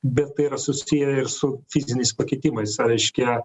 bet tai yra susiję ir su fiziniais pakitimais reiškia